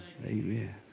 Amen